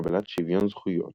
לקבלת שוויון זכויות